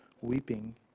weeping